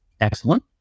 Excellent